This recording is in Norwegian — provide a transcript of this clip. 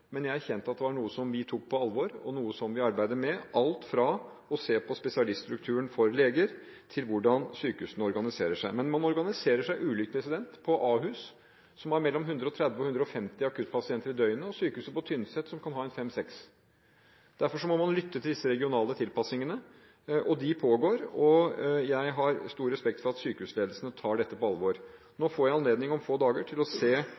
men jeg erkjente at det var noe som vi tok på alvor, og noe som vi arbeider med – alt fra å se på spesialiststrukturen for leger til hvordan sykehusene organiserer seg. Men man organiserer seg ulikt på Ahus, som har mellom 130 og 150 akuttpasienter i døgnet, og på sykehuset på Tynset, som kan ha 5–6. Derfor må man lytte til disse regionale tilpasningene, og de pågår. Jeg har stor respekt for at sykehusledelsene tar dette på alvor. Nå får jeg om få dager anledning til å se